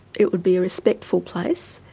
it would be a respectful place,